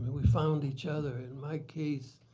we found each other. in my case,